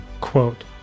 Quote